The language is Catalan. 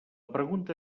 pregunta